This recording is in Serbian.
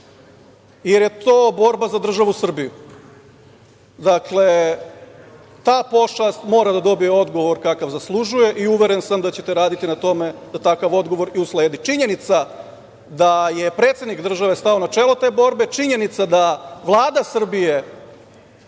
jer je to borba za državu Srbiju. Dakle, ta pošast mora da dobije odgovor kakav zaslužuje i uveren sam da ćete raditi na tome da takav odgovor i usledi. Činjenica da je predsednik države stao na čelo te borbe, činjenica da Vlada Srbije